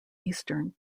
eastern